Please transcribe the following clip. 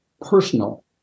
personal